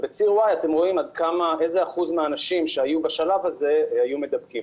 ובציר Y אתם רואים איזה אחוזים מהאנשים שהיו בשלב הזה מידבקים.